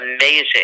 amazing